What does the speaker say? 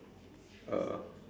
a